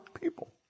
people